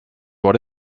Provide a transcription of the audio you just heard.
what